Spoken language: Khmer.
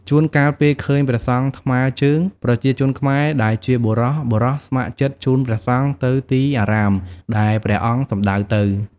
ជួនកាល ពេលឃើញព្រះសង្ឃថ្មើរជើង ប្រជាជនខ្មែរដែលជាបុរសៗស្ម័គ្រចិត្តជូនព្រះសង្ឃទៅទីអារាមដែលព្រះអង្គសំដៅទៅ។